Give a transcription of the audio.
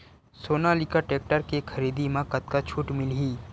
Sonalika tractor के खरीदी मा कतका छूट मीलही?